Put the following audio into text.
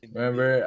Remember